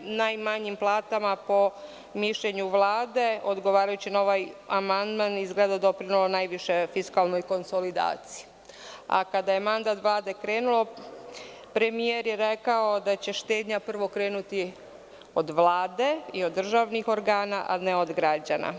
najmanjim platama po mišljenju Vlade, odgovarajući na ovaj amandman izgleda doprinelo najviše fiskalnoj konsolidaciji, a kada je mandat Vlade krenuo, premijer je rekao da će štednja prvo krenuti od Vlade i od državnih organa, a ne od građana.